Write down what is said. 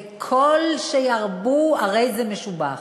וככל שירבו הרי זה משובח.